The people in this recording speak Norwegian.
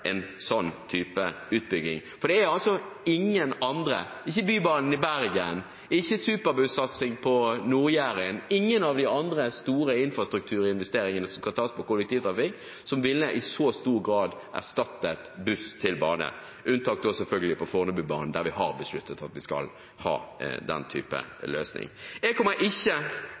en sånn type utbygging. Det er altså ingen andre, ikke Bybanen i Bergen, ikke superbussatsing på Nord-Jæren, ingen av de andre store infrastrukturinvesteringene som skal foretas på kollektivtrafikk, som i så stor grad ville erstattet buss med bane – unntatt selvfølgelig Fornebubanen, som vi har besluttet skal ha den typen løsning. Jeg kommer ikke